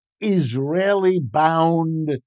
Israeli-bound